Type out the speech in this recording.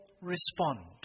respond